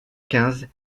quinze